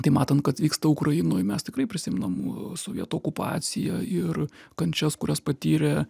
tai matant kas vyksta ukrainoj mes tikrai prisimenam sovietų okupaciją ir kančias kurias patyrė